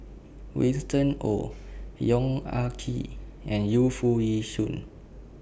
Winston Oh Yong Ah Kee and Yu Foo Yee Shoon